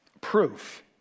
proof